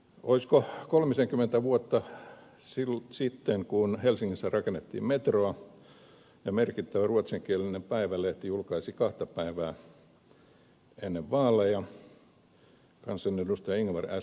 olisiko kolmisenkymmentä vuotta sitten kun helsingissä rakennettiin metroa ja merkittävä ruotsinkielinen päivälehti julkaisi kahta päivää ennen vaaleja kansanedustaja ingvar s